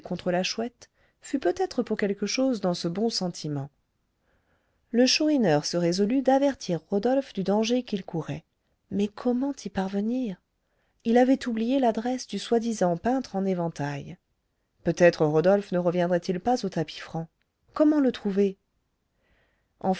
la chouette fut peut-être pour quelque chose dans ce bon sentiment le chourineur se résolut d'avertir rodolphe du danger qu'il courait mais comment y parvenir il avait oublié l'adresse du soi-disant peintre en éventails peut-être rodolphe ne reviendrait-il pas au tapis franc comment le trouver